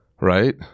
right